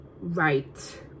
right